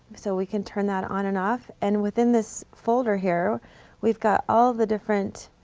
so we can turn that on and off and within this folder here we've got all the different